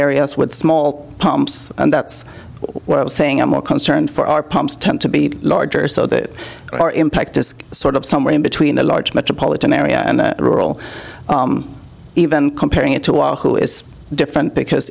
areas with small pumps and that's why i was saying i'm more concerned for our pumps tend to be larger so that our impact is sort of somewhere in between a large metropolitan area and rural even comparing it to one who is different because